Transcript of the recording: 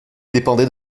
dépendait